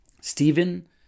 Stephen